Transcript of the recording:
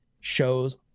shows